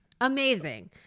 amazing